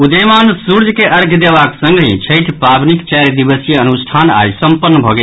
उदीयमान सूर्य के अर्ध्य देबाक संगहि छठि पावनिक चारि दिवसीय अनुष्ठान आई संपन्न भऽ गेल